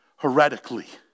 heretically